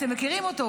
אתם מכירים אותו,